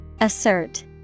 Assert